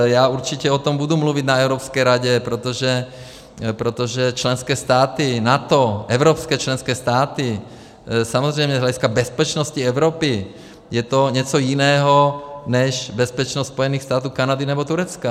Já určitě o tom budu mluvit na Evropské radě, protože členské státy NATO, evropské členské státy samozřejmě z hlediska bezpečnosti Evropy je to něco jiného než bezpečnost Spojených států, Kanady nebo Turecka.